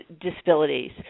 disabilities